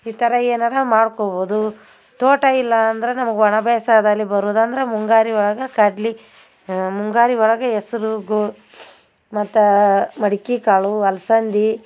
ಈ ಥರ ಏನಾರೂ ಮಾಡ್ಕೊಬೋದು ತೋಟ ಇಲ್ಲ ಅಂದ್ರೆ ನಮಗೆ ಒಣ ಬೇಸಾಯದಲ್ಲಿ ಬರುದು ಅಂದ್ರೆ ಮುಂಗಾರು ಒಳಗೆ ಕಡ್ಲೆ ಮುಂಗಾರು ಒಳಗೆ ಹೆಸ್ರು ಗೋ ಮತ್ತು ಮಡಕಿ ಕಾಳು ಅಲ್ಸಂದೆ